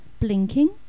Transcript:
blinking